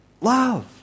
love